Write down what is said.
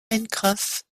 pencroff